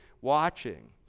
watching